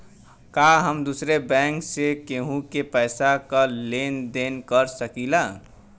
का हम दूसरे बैंक से केहू के पैसा क लेन देन कर सकिला?